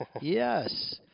Yes